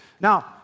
Now